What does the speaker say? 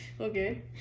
Okay